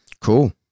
Cool